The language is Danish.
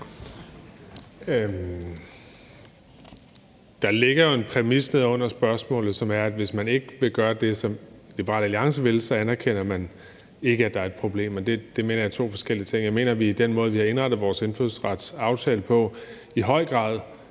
Der ligger en præmis nede under spørgsmålet, som er, at hvis man ikke vil gøre det, som Liberal Alliance vil, så anerkender man ikke, at der er et problem. Men det mener jeg er to forskellige ting. Jeg mener, vi i den måde, vi har indrettet vores indfødsretsaftale på, i høj grad